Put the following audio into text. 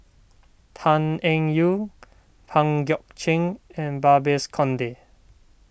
Tan Eng Yoon Pang Guek Cheng and Babes Conde